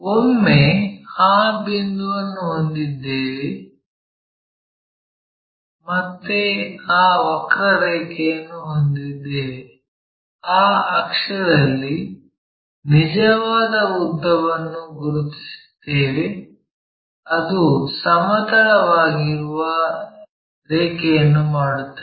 ಒಮ್ಮೆ ಆ ಬಿಂದುವನ್ನು ಹೊಂದಿದ್ದೇವೆ ಮತ್ತೆ ಆ ವಕ್ರರೇಖೆಯನ್ನು ಹೊಂದಿದ್ದೇವೆ ಆ ಅಕ್ಷದಲ್ಲಿ ನಿಜವಾದ ಉದ್ದವನ್ನು ಗುರುತಿಸುತ್ತೇವೆ ಅದು ಸಮತಲವಾಗಿರುವ ರೇಖೆಯನ್ನು ಮಾಡುತ್ತದೆ